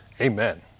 Amen